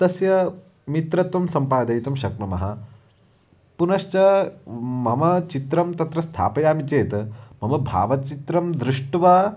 तस्य मित्रत्वं सम्पादयितुं शक्नुमः पुनश्च मम चित्रं तत्र स्थापयामि चेत् मम भावचित्रं दृष्ट्वा